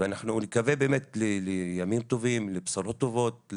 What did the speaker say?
ואנחנו נקווה באמת לימים טובים, לבשורות טובות,